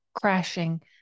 crashing